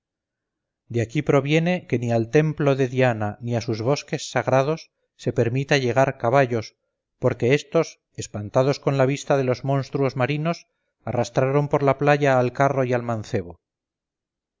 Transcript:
de aquí proviene que ni al templo de diana ni a sus bosques sagrados se permita llegar caballos porque estos espantados con la vista de los monstruos marinos arrastraron por la playa al carro y al mancebo